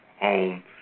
home